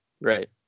right